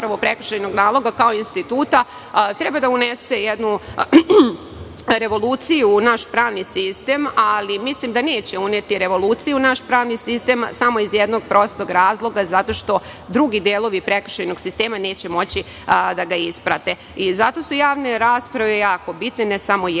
prekršajnog naloga kao instituta treba da unese jednu revoluciju u naš pravni sistem, ali mislim da neće uneti revoluciju u naš pravni sistem samo iz jednog prostog razloga, zato što drugi delovi prekršajnog sistema neće moći da ga isprate. Zato su jako bitne javne rasprave, ne samo jedna